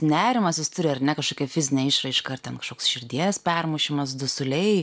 nerimas jis turi ar ne kažkokią fizinę išraišką ar ten kažkoks širdies permušimas dusuliai